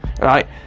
Right